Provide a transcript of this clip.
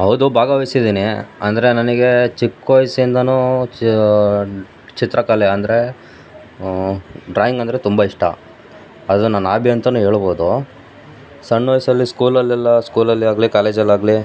ಹೌದು ಭಾಗವಹಿಸಿದ್ದೀನಿ ಅಂದರೆ ನನಗೆ ಚಿಕ್ಕ ವಯ್ಸಿಂದಲೂ ಚಿತ್ರಕಲೆ ಅಂದರೆ ಡ್ರಾಯಿಂಗ್ ಅಂದರೆ ತುಂಬ ಇಷ್ಟ ಅದು ನನ್ನ ಆಬಿ ಅಂತಲೂ ಹೇಳ್ಬೋದು ಸಣ್ಣ ವಯಸ್ಸಲ್ಲಿ ಸ್ಕೂಲಲ್ಲೆಲ್ಲ ಸ್ಕೂಲಲ್ಲೇ ಆಗಲಿ ಕಾಲೇಜಲ್ಲಾಗಲಿ